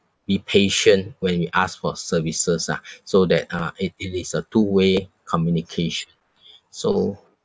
be patient when we ask for services ah so that uh it it is a two way communication so